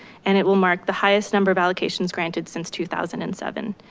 and it will mark the highest number of allocations granted since two thousand and seven.